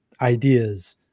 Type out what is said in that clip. ideas